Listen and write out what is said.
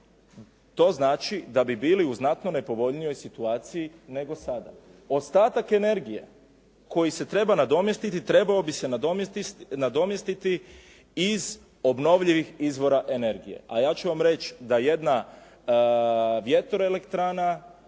To znači da bi bili u znatno nepovoljnijoj situaciji nego sada. Ostatak energije koji se treba nadomjestiti trebao bi se nadomjestiti iz obnovljivih izvora energije, a ja ću vam reći da jedna vjetroelektrana,